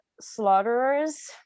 slaughterers